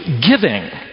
giving